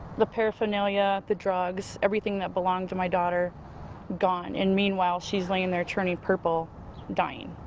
the paraphernalia the drugs everything that belonged to my daughter gone and meanwhile, she is laying there turning purple dying.